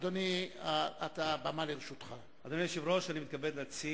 מזמין את יושב-ראש ועדת המדע והטכנולוגיה,